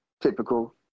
typical